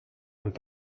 und